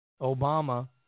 Obama